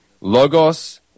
logos